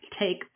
take